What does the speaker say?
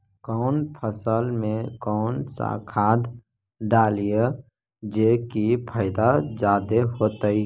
कौन फसल मे कौन सा खाध डलियय जे की पैदा जादे होतय?